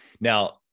Now